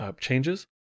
changes